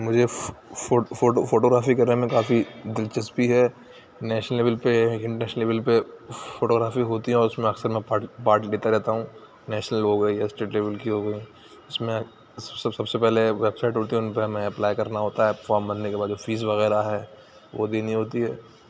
مجھے photography کرنے میں کافی دلچسپی ہے نیشنل لیول پہ انڈس لیول پہ فوٹو گرافی ہوتی ہیں اور اُس میں اکثر میں پارٹ لیتا رہتا ہوں نیشنل ہو گئی یسٹرڈے اُن کی ہو گئی اُس میں سب سب سے پہلے ویب سائٹ ہوتی اُن پہ ہمیں اپلائی کرنا ہوتا ہے فارم بھرنے کے بعد فیس وغیرہ ہے وہ دینی ہوتی ہے